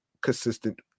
consistent